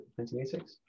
1986